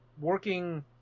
working